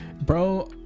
bro